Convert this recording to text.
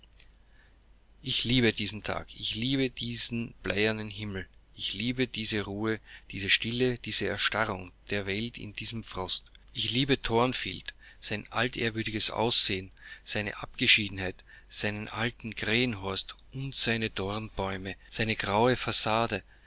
ich liebe diesen tag ich liebe diesen bleiernen himmel ich liebe diese ruhe diese stille diese erstarrung der welt in diesem frost ich liebe thornfield sein altehrwürdiges aussehen seine abgeschiedenheit seinen alten krähenhorst und seine dornbäume seine graue facade